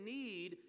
need